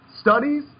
studies